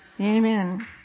Amen